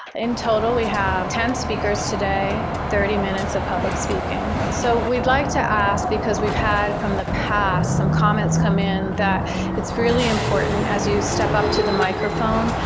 in total, we have ten speakers today, thirty minutes of public speaking. so we'd like to ask because we've had form the past some comments come in that it's really important as you step up to the microphone,